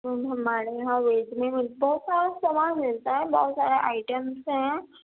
میم ہمارے یہاں ویج میں بہت سارا سامان ملتا ہے بہت سارے آئٹمس ہیں